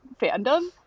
fandom